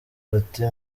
bati